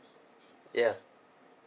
ya